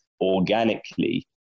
organically